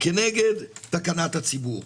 כנגד תקנת הציבור.